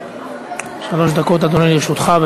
שלוש דקות, אדוני, לרשותך.